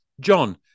John